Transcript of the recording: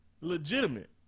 legitimate